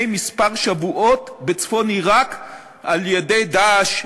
שבועות מספר בצפון עיראק על-ידי "דאעש",